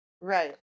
Right